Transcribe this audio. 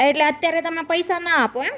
એટલે અત્યારે તમે પૈસા ન આપો એમ